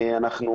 כממשלה,